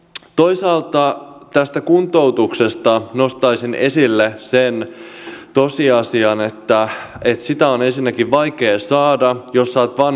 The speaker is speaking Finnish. toisaalta tästä kuntoutuksesta nostaisin esille sen tosiasian että sitä on ensinnäkin vaikea saada jos on vanha omaishoitaja